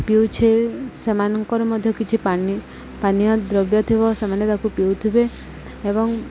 ପିଉଛେ ସେମାନଙ୍କର ମଧ୍ୟ କିଛି ପାନୀୟ ଦ୍ରବ୍ୟ ଥିବ ସେମାନେ ତାକୁ ପିଉଥିବେ ଏବଂ